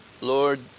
Lord